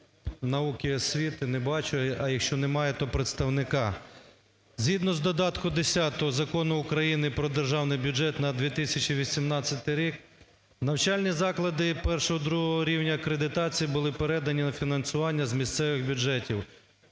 науки і освіти (не бачу), а якщо немає, то представника. Згідно з додатку 10 Закону України "Про державний бюджет на 2018 рік" навчальні заклади І і ІІ рівня акредитації були передані на фінансування з місцевих бюджетів.